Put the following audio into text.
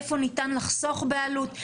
איפה ניתן לחסוך בעלות,